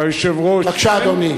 בבקשה, אדוני.